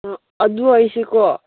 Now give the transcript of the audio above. ꯑꯗꯣ ꯑꯩꯁꯦ ꯀꯣ